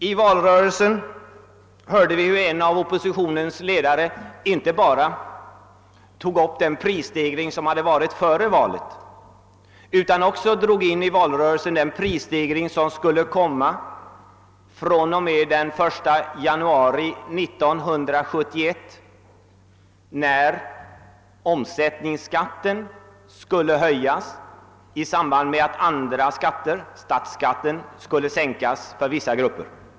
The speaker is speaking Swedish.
I valrörelsen hörde vi en av oppositionens ledare inte bara ta upp prisstegringen före valet utan också den som skulle komma efter, fr.o.m. den 1 januari 1971, när omsättningsskatten skul 1e höjas i samband med att andra skatter, t.ex. statsskatten, skulle sänkas för vissa grupper.